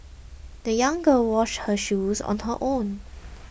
the young girl washed her shoes on her own